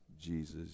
jesus